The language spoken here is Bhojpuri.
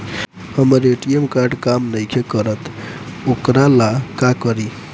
हमर ए.टी.एम कार्ड काम नईखे करत वोकरा ला का करी?